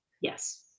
Yes